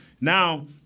Now